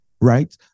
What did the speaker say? right